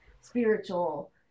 spiritual